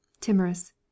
Timorous